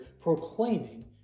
proclaiming